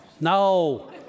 No